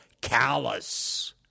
callous